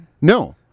No